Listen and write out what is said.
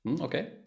okay